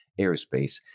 aerospace